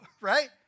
Right